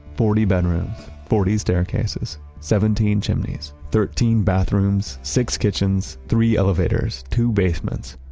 forty bedrooms, forty staircases, seventeen chimneys, thirteen bathrooms, six kitchens, three elevators, two basements,